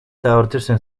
teoretyczny